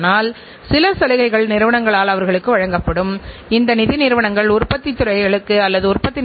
எனவே உங்கள் இயக்க அமைப்பு திறமையாக நடந்து கொண்டிருக்கிறது மற்றும் உங்கள் நிதி அமைப்பு அந்த செயல்திறனை பிரதிபலிக்கும்